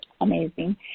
amazing